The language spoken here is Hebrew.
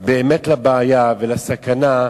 באמת לבעיה ולסכנה,